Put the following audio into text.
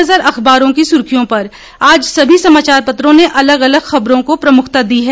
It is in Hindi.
एक नज़र अखबारों की सुर्खियों पर आज सभी समाचार पत्रों ने अलग अलग ख़बरों को प्रमुखता दी है